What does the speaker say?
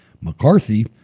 McCarthy